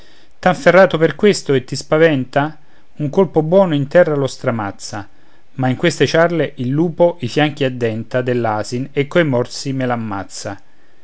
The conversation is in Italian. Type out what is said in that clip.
t'han ferrato per questo e ti spaventa un colpo buono in terra lo stramazza ma in queste ciarle il lupo i fianchi addenta dell'asin e coi morsi me l'ammazza